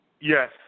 Yes